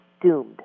doomed